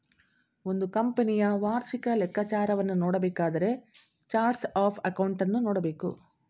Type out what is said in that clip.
ಒಂದು ಕಂಪನಿಯ ವಾರ್ಷಿಕ ಲೆಕ್ಕಾಚಾರವನ್ನು ನೋಡಬೇಕಾದರೆ ಚಾರ್ಟ್ಸ್ ಆಫ್ ಅಕೌಂಟನ್ನು ನೋಡಬೇಕು